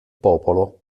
popolo